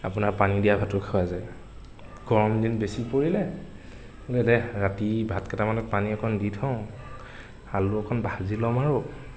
আপোনাৰ পানী দিয়া ভাতো খোৱা যায় গৰম দিন বেছি পৰিলে বোলে দেহ ৰাতি ভাত কেইটামানত পানী অকণ দি থওঁ আলু অকণ ভাজি ল'ম আৰু